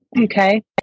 Okay